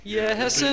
yes